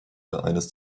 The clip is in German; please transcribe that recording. eines